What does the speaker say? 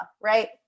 right